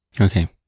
Okay